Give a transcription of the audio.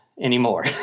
anymore